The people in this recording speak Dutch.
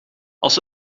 als